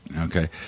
okay